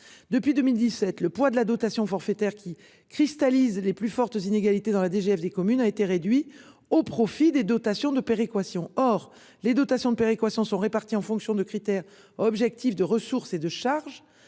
Depuis 2017, le poids de la dotation forfaitaire qui cristallise les plus fortes inégalités dans la DGF des communes a été réduit au profit des dotations de péréquation. Or les dotations de péréquation sont répartis en fonction de critères objectifs de ressources et de charges